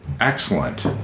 excellent